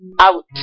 out